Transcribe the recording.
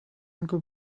anche